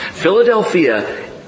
Philadelphia